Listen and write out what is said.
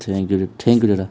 thank you দেই thank you দাদা